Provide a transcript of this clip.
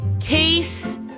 case